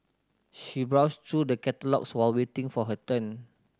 she browsed through the catalogues while waiting for her turn